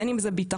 בין אם זה ביטחון,